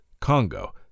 Congo